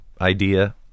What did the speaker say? idea